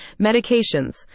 Medications